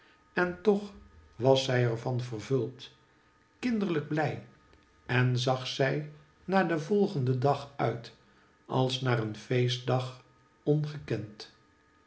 en toch was zij er van vervuld kinderlijk blij en zag zij naar den volgenden dag uit als naar een feestdag ongekend